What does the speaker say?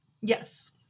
Yes